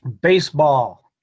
Baseball